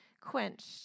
quenched